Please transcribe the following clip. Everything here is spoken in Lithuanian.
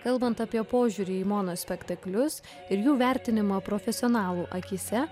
kalbant apie požiūrį į monospektaklius ir jų vertinimą profesionalų akyse